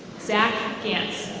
zach gantz.